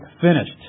finished